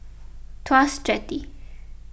Tuas Jetty